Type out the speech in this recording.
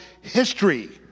history